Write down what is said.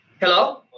Hello